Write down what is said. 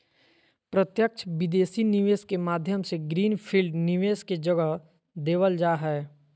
प्रत्यक्ष विदेशी निवेश के माध्यम से ग्रीन फील्ड निवेश के जगह देवल जा हय